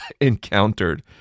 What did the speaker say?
encountered